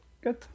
Good